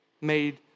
made